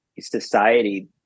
society